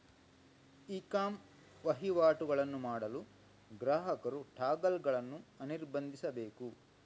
E com ವಹಿವಾಟುಗಳನ್ನು ಮಾಡಲು ಗ್ರಾಹಕರು ಟಾಗಲ್ ಗಳನ್ನು ಅನಿರ್ಬಂಧಿಸಬೇಕು